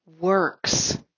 works